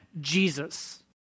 Jesus